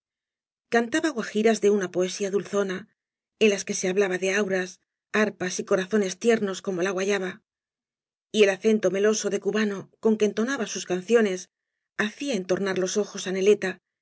cantaba guajiras de una poesía dulzona en las que se hablaba de auras arpas y corazones tiernos como la guayaba y el acento meloso de cubano con que entonaba sus canciones hacía entornar los ojos